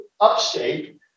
upstate